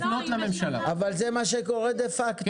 אבל זה מה שקורה דה-פקטו.